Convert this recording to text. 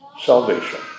salvation